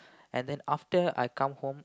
and then after I come home